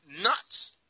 nuts